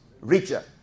richer